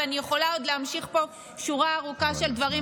ואני יכולה עוד להמשיך פה שורה ארוכה של דברים.